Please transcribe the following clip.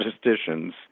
statisticians